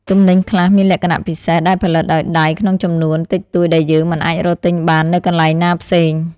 ទំនិញខ្លះមានលក្ខណៈពិសេសដែលផលិតដោយដៃក្នុងចំនួនតិចតួចដែលយើងមិនអាចរកទិញបាននៅកន្លែងណាផ្សេង។